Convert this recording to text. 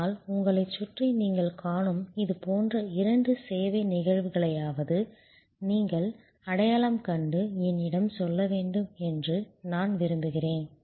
ஆனால் உங்களைச் சுற்றி நீங்கள் காணும் இதுபோன்ற இரண்டு சேவை நிகழ்வுகளையாவது நீங்கள் அடையாளம் கண்டு என்னிடம் சொல்ல வேண்டும் என்று நான் விரும்புகிறேன்